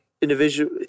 individual